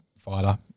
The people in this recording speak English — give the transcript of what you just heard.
fighter